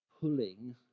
pulling